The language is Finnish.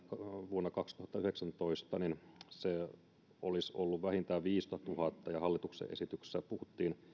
vuonna kaksituhattayhdeksäntoista olisi ollut vähintään viisitoistatuhatta kun hallituksen esityksessä puhuttiin